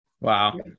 Wow